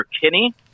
Kinney